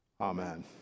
Amen